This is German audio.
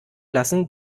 lassen